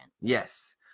Yes